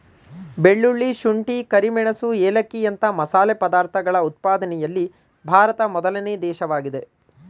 ಬೆಳ್ಳುಳ್ಳಿ, ಶುಂಠಿ, ಕರಿಮೆಣಸು ಏಲಕ್ಕಿಯಂತ ಮಸಾಲೆ ಪದಾರ್ಥಗಳ ಉತ್ಪಾದನೆಯಲ್ಲಿ ಭಾರತ ಮೊದಲನೇ ದೇಶವಾಗಿದೆ